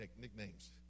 nicknames